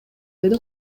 деди